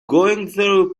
through